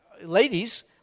Ladies